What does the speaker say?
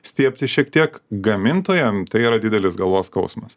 stiebti šiek tiek gamintojam tai yra didelis galvos skausmas